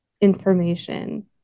information